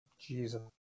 Jesus